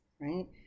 right